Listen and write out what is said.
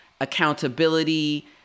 accountability